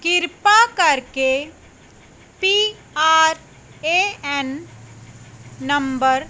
ਕਿਰਪਾ ਕਰਕੇ P R A N number